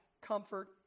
comfort